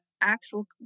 actual